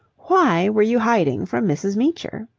why were you hiding from mrs. meecher?